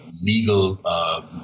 legal